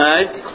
Right